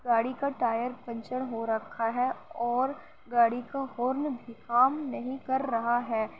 گاڑی کا tyre puncture ہو رکھا ہے اور گاڑی کا ہارن بھی کام نہیں کر رہا ہے